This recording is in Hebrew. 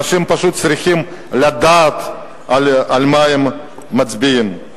אנשים פשוט צריכים לדעת על מה הם מצביעים.